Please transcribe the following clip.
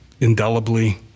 indelibly